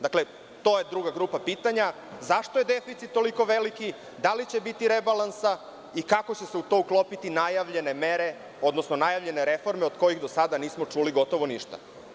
Dakle, to je druga grupa pitanja, zašto je deficit toliko veliki, da li će biti rebalansa i kako će se u to uklopiti najavljene mere, odnosno najavljene reforme od kojih do sada nismo čuli gotovo ništa?